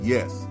Yes